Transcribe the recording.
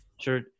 Sure